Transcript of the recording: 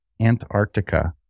Antarctica